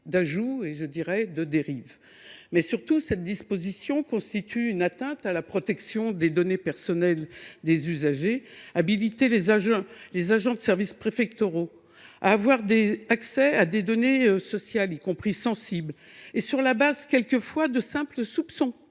d’ajout – je dirai même de dérive. Surtout, cette disposition constitue une atteinte à la protection des données personnelles des usagers. Habiliter les agents des services préfectoraux à accéder à des données sociales, y compris sensibles, quelquefois sur la base de simples soupçons